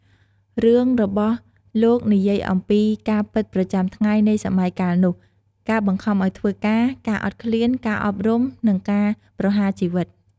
រឿងរបស់លោកនិយាយអំពី ការពិតប្រចាំថ្ងៃនៃសម័យកាលនោះ ការបង្ខំឲ្យធ្វើការ ការអត់ឃ្លាន ការអប់រំ និងការប្រហារជីវិត។